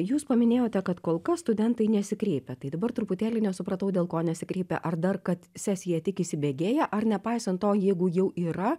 jūs paminėjote kad kol kas studentai nesikreipia tai dabar truputėlį nesupratau dėl ko nesikreipia ar dar kad sesija tik įsibėgėja ar nepaisant to jeigu jau yra